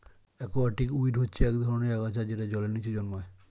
aquatic weed হচ্ছে এক ধরনের আগাছা যেটা জলের নিচে জন্মায়